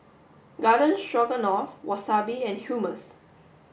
garden Stroganoff Wasabi and Hummus